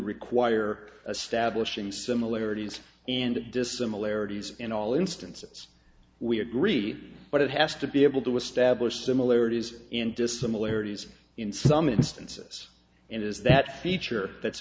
require a stablish in similarities and dissimilarities in all instances we agree but it has to be able to establish similarities and dissimilarities in some instances it is that feature that's